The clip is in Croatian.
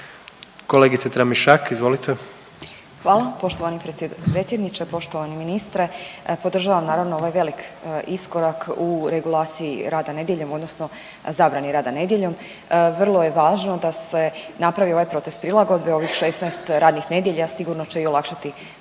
izvolite. **Tramišak, Nataša (HDZ)** Hvala poštovani predsjedniče. Poštovani ministre, podržavam naravno ovaj velik iskorak u regulaciji rada nedjeljom odnosno zabrani rada nedjeljom. Vrlo je važno da se napravi ovaj proces prilagodbe, ovih 16 radnih nedjelja sigurno će i olakšati poslodavcima